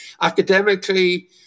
Academically